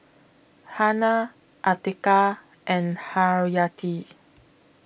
Hana Atiqah and Haryati